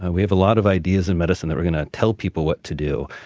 ah we have a lot of ideas in medicine that we're going to tell people what to do.